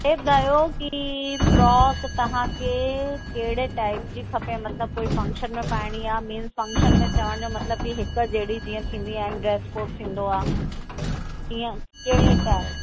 ईअं कयो कि फ्रोक तव्हां खे कहिड़े टाइप जी खपे मतिलबु कोई फंक्शन में पाइणी आहे मेन फंक्शन में चवण जो मतिलब कि हिकु जहिड़ी जीअं थींदी आहिनि ड्रेस कोड थींदो आहे तीअं कहिड़े टाइप